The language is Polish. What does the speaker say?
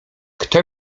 kto